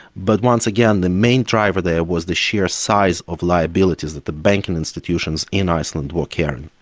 but once again the main driver there was the sheer size of liabilities that the banking institutions in iceland were carrying.